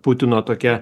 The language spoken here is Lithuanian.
putino tokia